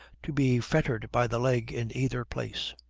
to be fettered by the leg in either place?